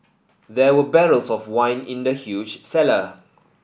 there were barrels of wine in the huge cellar